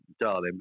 darling